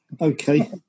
okay